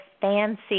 fancy